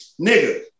Nigga